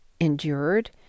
endured